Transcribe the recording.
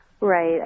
Right